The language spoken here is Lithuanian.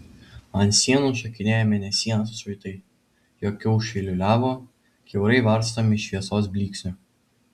ant sienų šokinėjo mėnesienos atšvaitai jo kiaušai liūliavo kiaurai varstomi šviesos blyksnių